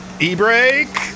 E-brake